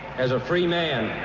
as a free man,